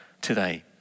today